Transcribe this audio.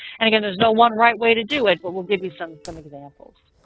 and again there's no one right way to do it, but we'll give you some some examples.